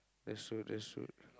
that's true that's true